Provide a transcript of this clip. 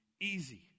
easy